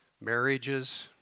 marriages